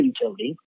utility